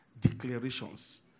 declarations